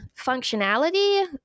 functionality